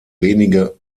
wenige